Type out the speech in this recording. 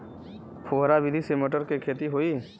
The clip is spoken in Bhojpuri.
फुहरा विधि से मटर के खेती होई